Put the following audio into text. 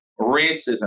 racism